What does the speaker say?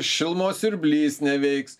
šilumos siurblys neveiks